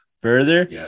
further